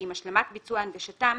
שעם השלמת ביצוע הנגשתם,